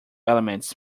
elements